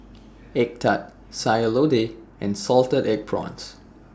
Egg Tart Sayur Lodeh and Salted Egg Prawns